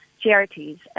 charities